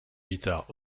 guitare